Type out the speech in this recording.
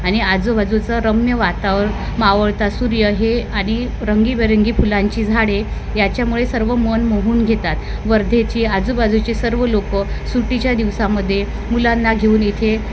आणि आजूबाजूचं रम्य वातावरण मावळता सूर्य हे आणि रंगीबेरंगी फुलांची झाडे याच्यामुळे सर्व मन मोहून घेतात वर्धेची आजूबाजूचे सर्व लोक सुट्टीच्या दिवसामध्ये मुलांना घेऊन इथे